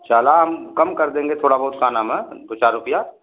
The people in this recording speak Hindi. चला हम कम कर देंगे थोड़ा बहुत का नाम दो चार रुपया